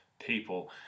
people